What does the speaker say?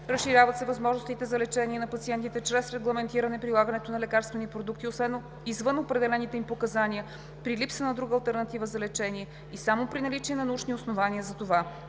Разширяват се възможностите за лечение на пациентите чрез регламентиране прилагането на лекарствени продукти извън определените им показания при липса на друга алтернатива за лечение и само при наличие на научни основания за това.